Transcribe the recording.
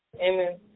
Amen